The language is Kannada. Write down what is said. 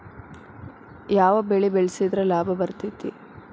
ಯಾವ ಬೆಳಿ ಬೆಳ್ಸಿದ್ರ ಲಾಭ ಬರತೇತಿ?